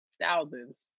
thousands